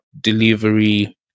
delivery